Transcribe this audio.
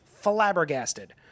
flabbergasted